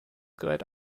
gerät